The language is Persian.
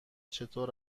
چطور